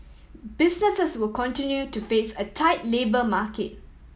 businesses will continue to face a tight labour market